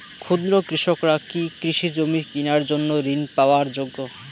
ক্ষুদ্র কৃষকরা কি কৃষিজমি কিনার জন্য ঋণ পাওয়ার যোগ্য?